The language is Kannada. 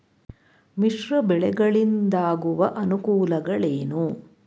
ಮಿಶ್ರ ಬೆಳೆಗಳಿಂದಾಗುವ ಅನುಕೂಲಗಳೇನು?